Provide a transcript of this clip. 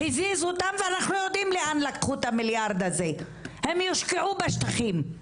הזיזו אותם ואנחנו יודעים לאן לקחו את המיליארד הזה הם יושקעו בשטחים.